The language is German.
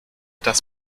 das